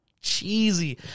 cheesy